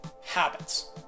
habits